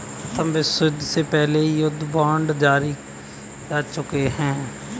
प्रथम विश्वयुद्ध के पहले भी युद्ध बांड जारी किए जा चुके हैं